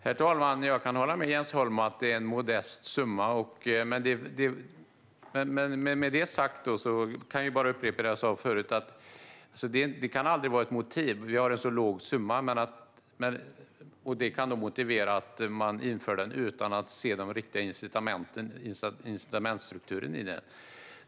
Herr talman! Jag kan hålla med Jens Holm om att det är en modest summa. Men med detta sagt kan jag bara upprepa vad jag sa förut: Det kan aldrig vara ett motiv att summan är låg. Det kan heller inte motivera att man inför denna skatt utan att se incitamentsstrukturen i den.